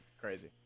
Crazy